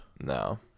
No